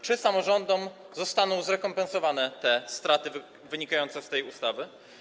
Czy samorządom zostaną zrekompensowane straty wynikające z tej ustawy?